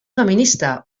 feminista